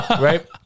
right